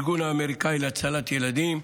ארגון אמריקאי להצלת ילדים,